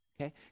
Okay